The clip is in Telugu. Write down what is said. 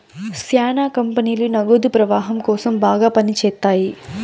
శ్యానా కంపెనీలు నగదు ప్రవాహం కోసం బాగా పని చేత్తాయి